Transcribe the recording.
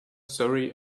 surrey